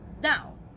now